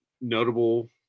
notable